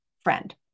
friend